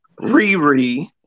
Riri